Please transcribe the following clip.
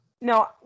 No